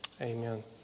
Amen